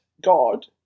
god